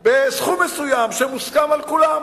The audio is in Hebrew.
בסכום מסוים שמוסכם על כולם,